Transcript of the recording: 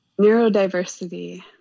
Neurodiversity